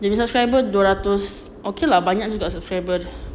dia punya subscriber dua ratus okay lah banyak juga subscriber